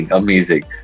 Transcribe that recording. amazing